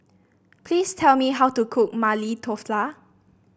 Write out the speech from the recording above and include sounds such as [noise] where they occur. please tell me how to cook Maili [unintelligible]